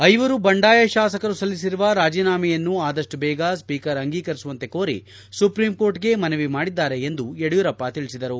ಐವರು ಬಂಡಾಯ ಶಾಸಕರು ಸಲ್ಲಿಸಿರುವ ರಾಜೀನಾಮೆಯನ್ನು ಆದಪ್ಪು ಬೇಗ ಸ್ಪೀಕರ್ ಅಂಗೀಕರಿಸುವಂತೆ ಕೋರಿ ಸುಪ್ರೀಂ ಕೋರ್ಟ್ಗೆ ಮನವಿ ಮಾಡಿದ್ದಾರೆ ಎಂದು ಯಡಿಯೂರಪ್ಪ ತಿಳಿಸಿದರು